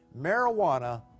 Marijuana